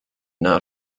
not